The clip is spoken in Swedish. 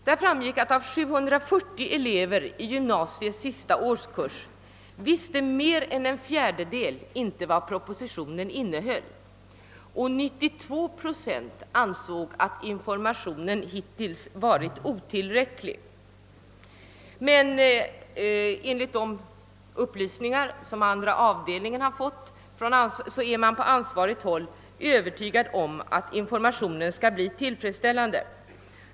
Det framgick av programmet att av 740 elever i gymnasiets sista årskurs visste mer än en fjärdedel inte vad propositionen innehöll och 92 procent ansåg att informationen hittills varit otillräcklig. Enligt de upplysningar som andra avdelningen fått är man dock på ansvarigt håll övertygad om att informationen skall bli tillfredsställande.